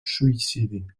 suïcidi